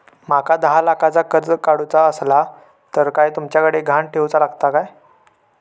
माका दहा लाखाचा कर्ज काढूचा असला तर काय तुमच्याकडे ग्हाण ठेवूचा लागात काय?